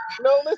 No